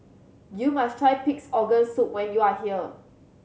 you must try Pig's Organ Soup when you are here